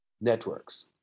networks